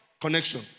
Connection